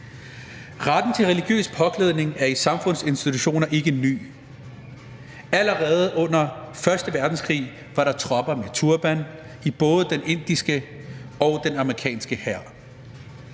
Retten til at bære religiøs påklædning i samfundsinstitutioner er ikke ny. Allerede under første verdenskrig var der tropper med turban i både den indiske og den amerikanske hær.